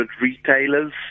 retailers